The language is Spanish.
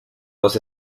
los